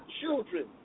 children